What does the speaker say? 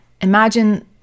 imagine